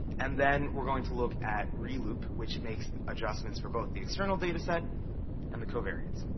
and then, we're going to look at reloop which makes adjustments for both the external data set and the covariates.